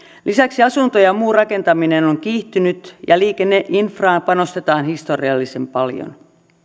lisäksi asunto ja muu rakentaminen on kiihtynyt ja liikenneinfraan panostetaan historiallisen paljon